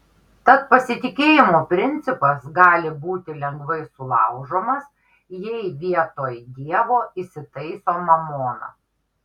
tad pasitikėjimo principas gali būti lengvai sulaužomas jei vietoj dievo įsitaiso mamona